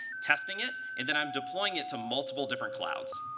testing it, and then i'm deploying it to multiple different clouds.